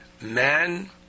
man